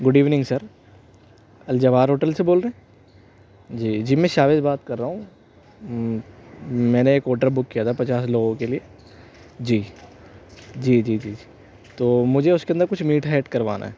good evening sir Al Jawahar hotel سے بول رہے ہیں جی جی میں شاویز بات کر رہا ہوں میں نے ایک آڈر بک کیا تھا پچاس لوگوں کے لیے جی جی جی جی تو مجھے اس کے اندر کچھ میٹھا ایڈ کروانا ہے